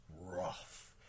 rough